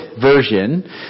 version